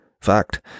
fact